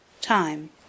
Time